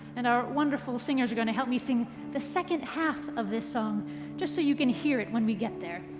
and our wonderful singers are going to help me sing the second half of this song just so you can hear it when we get there.